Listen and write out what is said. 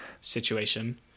situation